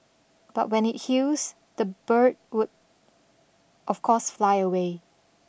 but when it heals the bird would of course fly away